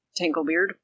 Tanglebeard